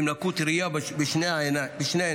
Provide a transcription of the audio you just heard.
עם לקות ראייה בשתי העיניים.